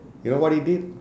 you know what he did